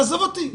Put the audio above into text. תעזוב אותי,